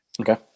Okay